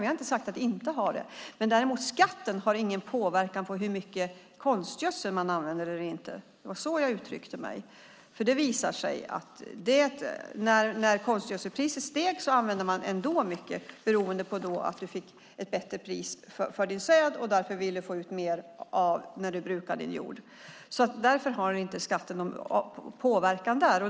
Vi har inte sagt att den inte har det. Men däremot har skatten ingen påverkan på hur mycket konstgödsel man använder eller inte. Det var detta jag menade. Det visar sig att när konstgödselpriset steg använde man ändå mycket konstgödsel, för då fick man ett bättre pris på säden och ville få ut mer när man brukar jorden. Därför har inte skatten någon påverkan där.